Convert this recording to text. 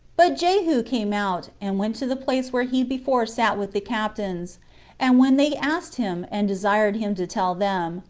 but jehu came out, and went to the place where he before sat with the captains and when they asked him, and desired him to tell them,